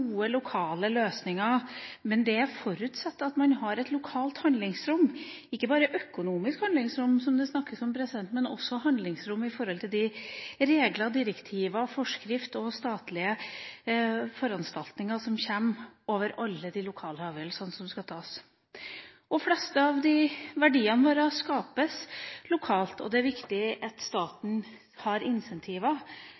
de regler, direktiver, forskrifter og statlige foranstaltninger som kommer over alle de lokale avgjørelsene som skal tas. De fleste av verdiene våre skapes lokalt, og det er viktig at